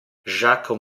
jacques